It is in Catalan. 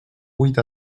vuit